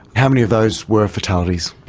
how many of those were fatalities?